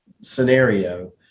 scenario